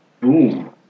boom